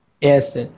Yes